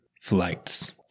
flights